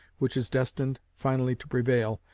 which is destined finally to prevail,